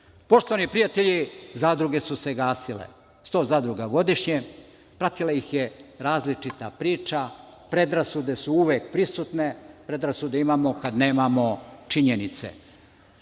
prijatelji, zadruge su se gasile, 100 zadruga godišnje, pratila ih je različita priča, predrasude su uvek prisutne. Predrasude imamo kada nemamo činjenice.